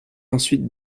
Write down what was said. ensuite